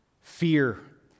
fear